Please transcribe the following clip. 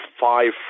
five